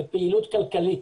זו פעילות כלכלית